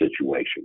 situation